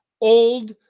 old